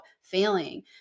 failing